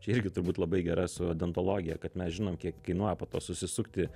čia irgi turbūt labai gera su odontologija kad mes žinom kiek kainuoja po to susisukti